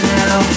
now